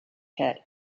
head